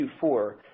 Q4